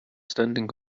standing